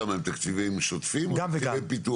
התקציבים שם הם תקציבים שוטפים או תקציבי פיתוח?